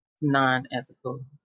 non-ethical